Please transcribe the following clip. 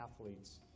athletes